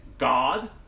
God